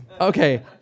Okay